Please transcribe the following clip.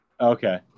Okay